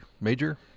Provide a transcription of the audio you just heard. major